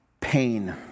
pain